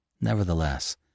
Nevertheless